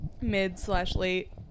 mid-slash-late